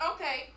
Okay